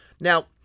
Now—